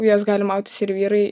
juos gali mautis ir vyrai